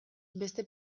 beste